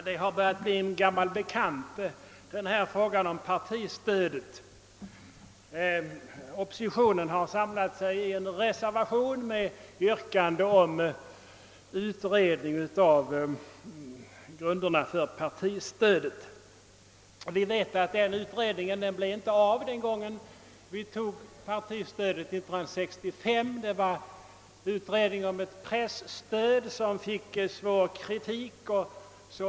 Herr talman! Frågan om partistödet börjar bli en gammal bekant. Oppositionen har samlat sig i en reservation med yrkande om en översyn av reglerna för partistödet. När man 1965 beslöt införa detta stöd gjordes inte någon utredning. Den utredning som gjordes gällde ett pressstöd. Förslaget härom «kritiserades starkt.